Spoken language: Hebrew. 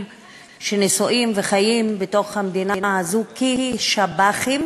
שנשואים וחיים בתוך המדינה הזו כשב"חים